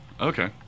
Okay